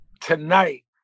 tonight